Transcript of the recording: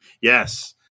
Yes